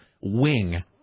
wing